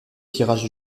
tirage